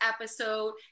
episode